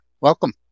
Welcome